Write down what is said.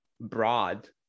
broad